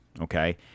okay